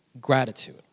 gratitude